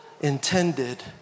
intended